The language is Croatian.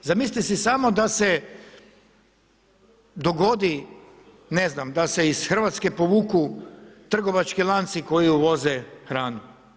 Zamislite si samo da se dogodi ne znam da se iz Hrvatske povuku trgovački lanci koji uvoze hranu.